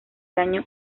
año